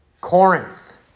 Corinth